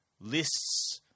lists